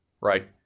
right